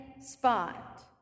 spot